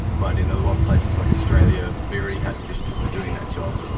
but in a lot of places like australia we already had fish that were doing that job,